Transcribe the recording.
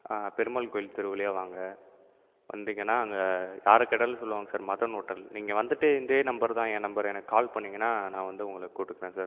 பெருமாள் கோவில் தெரு வழியா வாங்க வந்திங்கனால் அங்கே யாரை கேட்டாலும் சொல்வாங்க சார் மதன் ஓட்டல் நீங்கள் வந்துட்டு இதே நம்பர்தான் என் நம்பரு கால் எனக்கு பண்ணிங்கன்னால் நான் வந்து உங்களை கூட்டிப்பேன் சார்